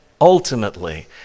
ultimately